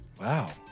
wow